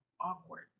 awkward